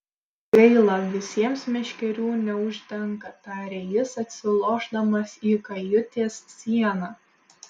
gaila visiems meškerių neužtenka tarė jis atsilošdamas į kajutės sieną